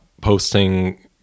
posting